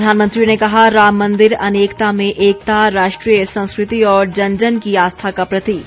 प्रधानमंत्री ने कहा राम मंदिर अनेकता में एकता राष्ट्रीय संस्कृति और जन जन की आस्था का प्रतीक